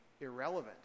irrelevant